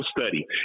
study